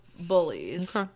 bullies